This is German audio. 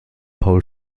paul